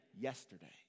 yesterday